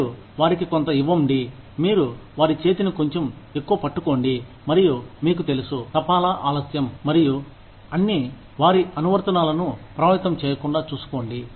మీరు వారికి కొంత ఇవ్వండి మీరు వారి చేతిని కొంచెం ఎక్కువ పట్టుకోండి మరియు మీకు తెలుసు తపాలా ఆలస్యం మరియు అన్ని వారి అనువర్తనాలను ప్రభావితం చేయకుండా చూసుకోండి